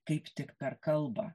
kaip tik per kalbą